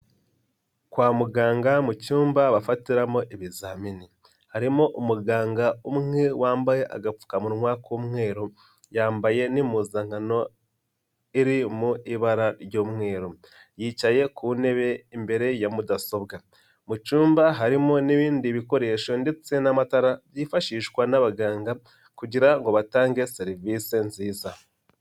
Kwa muganga mu cyumba bafatiramo ibizamini, harimo umuganga umwe wambaye agapfukamunwa k'umweru, yambaye n'impuzankano iri mu ibara ry'umweru, yicaye ku ntebe imbere ya mudasobwa, mu cyumba harimo n'ibindi bikoresho ndetse n'amatara byifashishwa n'abaganga kugira ngo batange serivisi nziza.